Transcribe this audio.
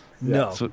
No